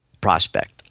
prospect